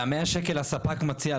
ומאה השקלים זה הספק מציע,